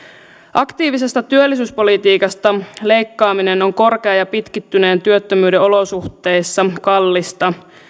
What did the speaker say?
aktiivisesta työllisyyspolitiikasta leikkaaminen on korkean ja pitkittyneen työttömyyden olosuhteissa kallista